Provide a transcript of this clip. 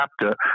chapter